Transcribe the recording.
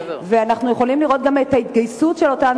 אנחנו יכולים גם לראות את ההתגייסות של אותן